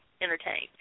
entertained